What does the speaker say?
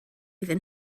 iddyn